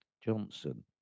Johnson